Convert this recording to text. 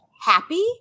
happy